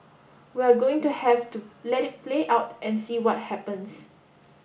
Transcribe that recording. we're going to have to let it play out and see what happens